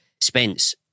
Spence